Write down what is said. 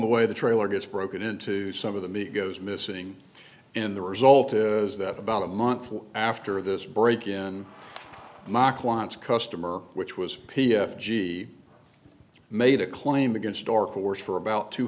the way the trailer gets broken into some of the meat goes missing in the result is that about a month after this break in my clients customer which was p f g made a claim against or course for about two